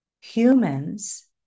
humans